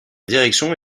direction